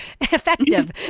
effective